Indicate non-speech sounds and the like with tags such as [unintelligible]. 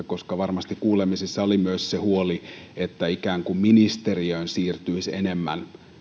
[unintelligible] koska varmasti kuulemisissa oli myös se huoli että ministeriöön siirtyisi enemmän